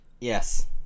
Yes